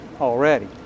already